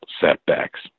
setbacks